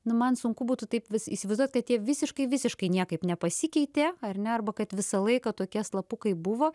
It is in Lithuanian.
na man sunku būtų taip vis įsivaizduot kad ji visiškai visiškai niekaip nepasikeitė ar ne arba kad visą laiką tokie slapukai buvo